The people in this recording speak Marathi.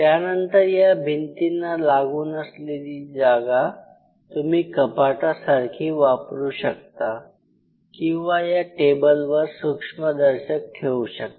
त्यानंतर या भिंतींना लागून असलेली जागा तुम्ही कपाटा सारखी वापरू शकता किंवा या टेबलवर सूक्ष्मदर्शक ठेवू शकता